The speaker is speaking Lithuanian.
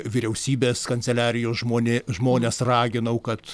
vyriausybės kanceliarijos žmonė žmones raginau kad